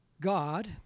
god